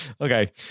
okay